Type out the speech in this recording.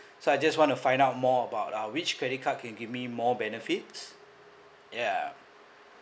so I just want to find out more about uh which credit card can give me more benefits ya